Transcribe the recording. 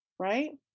Right